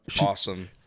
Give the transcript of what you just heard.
awesome